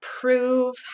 prove